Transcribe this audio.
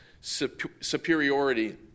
superiority